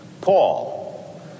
Paul